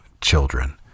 children